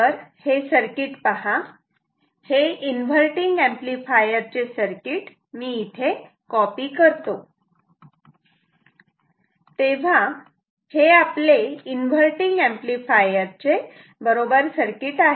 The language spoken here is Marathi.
तर हे सर्किट पहा हे इन्व्हर्टटिंग एंपलीफायर चे सर्किट मी इथे कॉपी करतो तेव्हा हे आपले इन्व्हर्टटिंग एंपलीफायर चे बरोबर सर्किट आहे